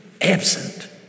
absent